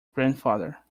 grandfather